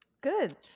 good